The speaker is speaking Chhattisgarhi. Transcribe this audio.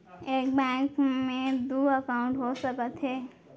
एक बैंक में दू एकाउंट हो सकत हे?